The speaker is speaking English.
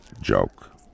joke